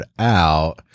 out